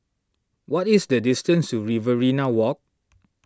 what is the distance to Riverina Walk